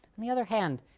on the other hand,